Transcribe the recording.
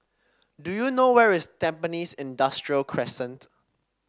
do you know where is Tampines Industrial Crescent